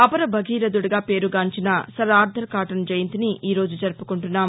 అపర భగీరధుడుగా పేరు గాంచిన సర్ ఆర్ధర్ కాటన్ జయంతిని ఈరోజు జరుపుకుంటున్నాం